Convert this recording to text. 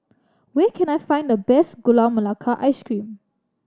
where can I find the best Gula Melaka Ice Cream